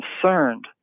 concerned